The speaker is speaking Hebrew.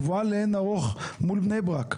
גבוהה לעין ערוך מול בני ברק,